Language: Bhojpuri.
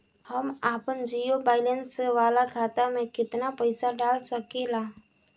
हम आपन जिरो बैलेंस वाला खाता मे केतना पईसा डाल सकेला?